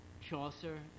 Chaucer